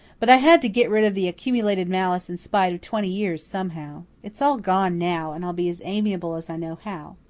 but i had to get rid of the accumulated malice and spite of twenty years somehow. it's all gone now, and i'll be as amiable as i know how.